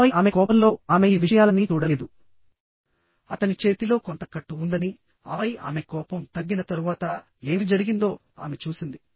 ఆపై ఆమె కోపంలో ఆమె ఈ విషయాలన్నీ చూడలేదు అతని చేతిలో కొంత కట్టు ఉందని ఆపై ఆమె కోపం తగ్గిన తరువాత ఏమి జరిగిందో ఆమె చూసింది